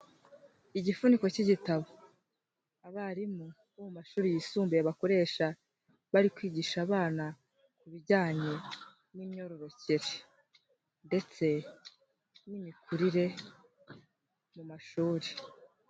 Igifuniko cy'igitabo, abarimu bo mu mashuri yisumbuye bakoresha, bari kwigisha abana ku bijyanye n'imyororokere ndetse n'imikurire mu mashuri.